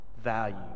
value